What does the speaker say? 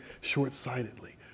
short-sightedly